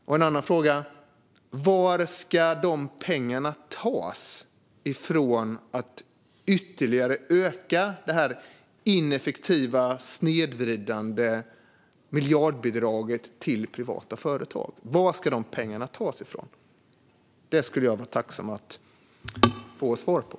Och varifrån ska pengarna tas till att ytterligare öka det här ineffektiva och snedvridande miljardbidraget till privata företag? Det skulle jag bli tacksam för att få svar på.